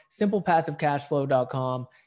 SimplePassiveCashflow.com